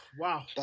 Wow